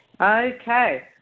Okay